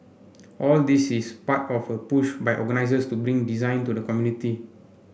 all this is part of a push by organisers to bring design to the community